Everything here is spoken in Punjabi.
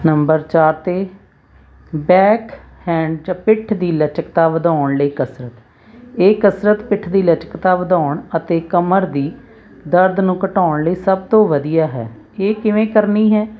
ਨੰਬਰ ਚਾਰ 'ਤੇ ਬੈਕ ਹੈਂਡ ਜਾਂ ਪਿੱਠ ਦੀ ਲਚਕਤਾ ਵਧਾਉਣ ਲਈ ਕਸਰਤ ਇਹ ਕਸਰਤ ਪਿੱਠ ਦੀ ਲਚਕਤਾ ਵਧਾਉਣ ਅਤੇ ਕਮਰ ਦੀ ਦਰਦ ਨੂੰ ਘਟਾਉਣ ਲਈ ਸਭ ਤੋਂ ਵਧੀਆ ਹੈ ਇਹ ਕਿਵੇਂ ਕਰਨੀ ਹੈ